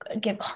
give